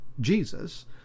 Jesus